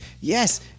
Yes